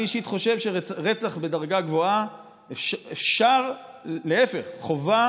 אני אישית חושב שרצח בדרגה גבוהה אפשר, להפך, חובה